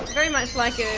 very much like a